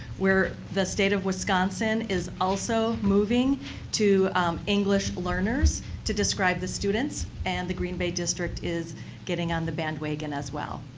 the state of wisconsin is also moving to english learners to describe the students and the green bay district is getting on the bandwagon as well.